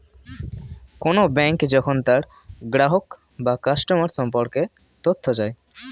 কোন ব্যাঙ্ক যখন তার গ্রাহক বা কাস্টমার সম্পর্কে তথ্য চায়